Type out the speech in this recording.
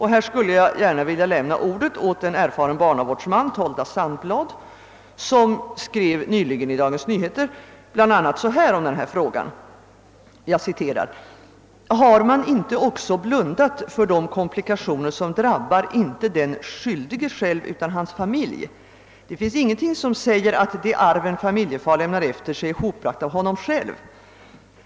Här vill jag gärna lämna ordet åt en erfaren barnavårdsman, Tolda Sandblad, som i Dagens Nyheter nyligen skrev på följande sätt: >Har man inte också blundat för de komplikationer som drabbar — inte den "skyldige" själv — utan hans familj? Det finns ingenting som säger att det arv en familjefar lämnar efter sig är hopbragt av honom själv.